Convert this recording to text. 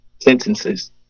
sentences